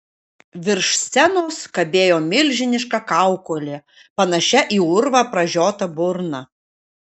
virš scenos kabėjo milžiniška kaukolė panašia į urvą pražiota burna